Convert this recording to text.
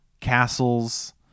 castles